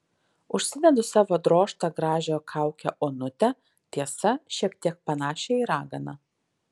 užsidedu savo drožtą gražią kaukę onutę tiesa šiek tiek panašią į raganą